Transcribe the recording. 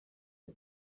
iki